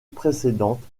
précédente